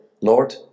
Lord